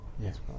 Yes